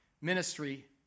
ministry